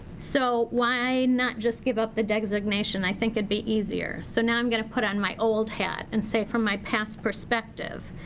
so, why not just give up the designation, i think it'd be easier. so now i'm gonna put on my old hat and say from my past perspective.